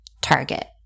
target